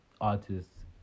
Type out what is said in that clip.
artists